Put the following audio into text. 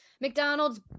McDonald's